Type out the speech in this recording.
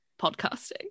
podcasting